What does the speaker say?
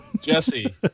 Jesse